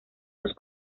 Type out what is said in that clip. dos